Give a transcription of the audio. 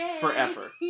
Forever